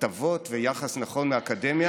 הטבות ויחס נכון מהאקדמיה,